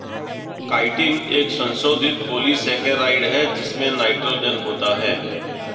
chitin एक संशोधित polysaccharide है जिसमें नाइट्रोजन होता है